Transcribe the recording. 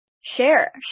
share